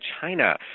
China